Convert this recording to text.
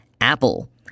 Apple